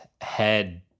head